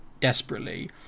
desperately